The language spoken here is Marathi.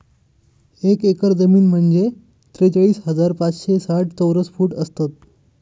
एक एकर जमीन म्हणजे त्रेचाळीस हजार पाचशे साठ चौरस फूट असतात